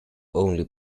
only